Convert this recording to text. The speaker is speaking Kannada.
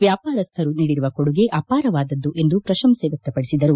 ವ್ಯಾಪಾರಸ್ಥರು ನೀಡಿರುವ ಕೊಡುಗೆ ಅಪಾರವಾದದ್ದು ಎಂದು ಪ್ರಶಂಸೆ ವ್ಯಕ್ತಪಡಿಸಿದರು